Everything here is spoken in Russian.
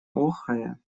охая